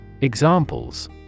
Examples